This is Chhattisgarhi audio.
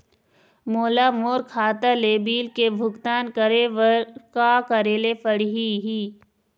मोला मोर खाता ले बिल के भुगतान करे बर का करेले पड़ही ही?